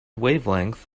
wavelength